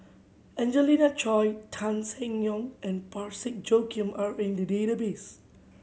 Angelina Choy Tan Seng Yong and Parsick Joaquim are in the database